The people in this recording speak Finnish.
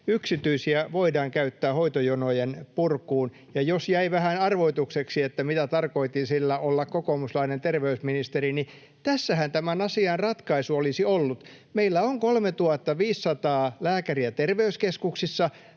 Yksityisiä voidaan käyttää hoitojonojen purkuun, ja jos jäi vähän arvoitukseksi, mitä tarkoitin sillä ”olla kokoomuslainen terveysministeri”, niin tässähän tämän asian ratkaisu olisi ollut. Meillä on 3 500 lääkäriä terveyskeskuksissa.